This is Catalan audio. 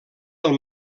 del